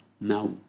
Now